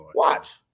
Watch